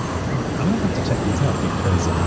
and i'm going to have to check these out because, ah